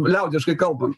liaudiškai kalbant